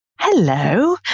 Hello